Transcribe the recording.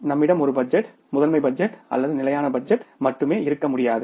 நம்மிடம் ஒரு பட்ஜெட் முதன்மை பட்ஜெட் அல்லது ஸ்டாடிக் பட்ஜெட் மட்டுமே இருக்க முடியாது